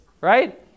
right